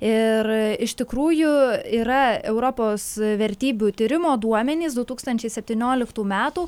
ir iš tikrųjų yra europos vertybių tyrimo duomenys du tūkstančiai septynioliktų metų